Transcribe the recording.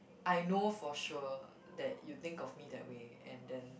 I know for sure that you think of me that way and then